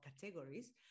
categories